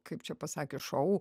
kaip čia pasakė šou